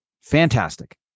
Fantastic